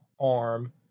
arm